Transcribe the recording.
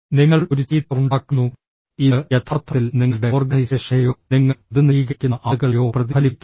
നിങ്ങൾ ഒരു ചീത്ത ഉണ്ടാക്കുന്നു ഇത് യഥാർത്ഥത്തിൽ നിങ്ങളുടെ ഓർഗനൈസേഷനെയോ നിങ്ങൾ പ്രതിനിധീകരിക്കുന്ന ആളുകളെയോ പ്രതിഫലിപ്പിക്കുന്നു